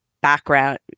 background